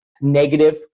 negative